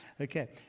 Okay